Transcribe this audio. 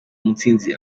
mutsinzi